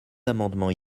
amendements